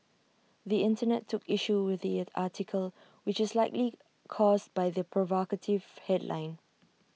the Internet took issue with the article which is likely caused by the provocative headline